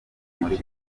muri